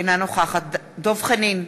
אינה נוכחת דב חנין,